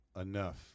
enough